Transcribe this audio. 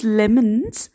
lemons